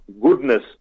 goodness